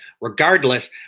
Regardless